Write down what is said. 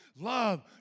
Love